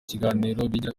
kiganiro